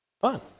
Fun